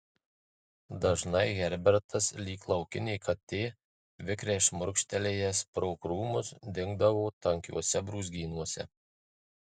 dažnai herbertas lyg laukinė katė vikriai šmurkštelėjęs pro krūmus dingdavo tankiuose brūzgynuose